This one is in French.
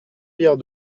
pierre